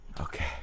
Okay